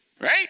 right